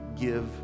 give